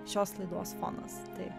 šios laidos fonas tai